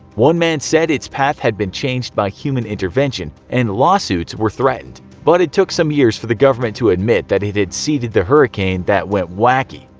one man said its path had been changed by human intervention and lawsuits were threatened, but it took some years for the government to admit that it had seeded the hurricane that went whacky.